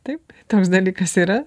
taip toks dalykas yra